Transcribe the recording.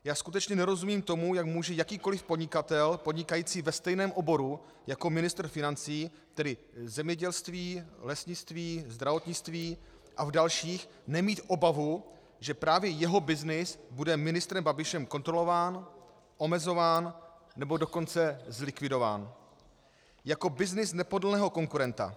Já skutečně nerozumím tomu, jak může jakýkoliv podnikatel podnikající ve stejném oboru jako ministr financí, tedy zemědělství, lesnictví, zdravotnictví a v dalších, nemít obavu, že právě jeho byznys bude ministrem Babišem kontrolován, omezován, nebo dokonce zlikvidován jako byznys nepohodlného konkurenta.